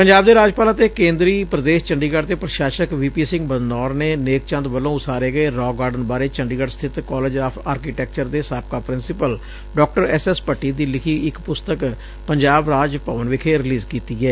ਪੰਜਾਬ ਦੇ ਰਾਜਪਾਲ ਅਤੇ ਕੇਂਦਰੀ ਪ੍ਰਦੇਸ਼ ਚੰਡੀਗੜ ਦੇ ਪ੍ਰਸ਼ਾਸਕ ਵੀ ਪੀ ਸਿੰਘ ਬਦਨੌਰ ਨੇ ਨੇਕ ਚੰਦ ਵਲੋਂ ਉਸਾਰੇ ਗਏ ਰਾਕ ਗਾਰਡਨ ਬਾਰੇ ਚੰਡੀਗੜ੍ ਸਬਿਤ ਕਾਲਜ ਆਫ ਆਰਕੀਟੇਕਚਰ ਦੇ ਸਾਬਕਾ principal Dr S S Bhatti ਦੀ ਲਿਖੀ ਇਕ ਪੁਸਤਕ ਪੂੰਜਾਬ ਰਾਜ ਭਵਨ ਵਿਖੇ ਰਿਲੀਜ਼ ਕੀਤੀ ਏ